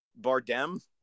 bardem